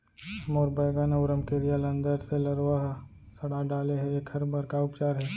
मोर बैगन अऊ रमकेरिया ल अंदर से लरवा ह सड़ा डाले हे, एखर बर का उपचार हे?